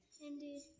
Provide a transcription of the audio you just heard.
Indeed